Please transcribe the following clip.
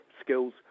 skills